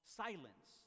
silence